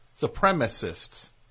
Supremacists